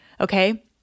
Okay